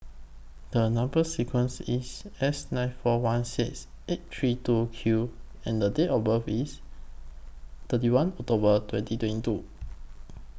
The Number sequence IS S nine four one six eight three two Q and The Date of birth IS thirty one October twenty twenty two